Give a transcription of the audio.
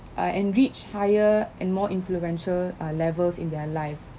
uh and reach higher and more influential uh levels in their life